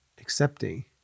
accepting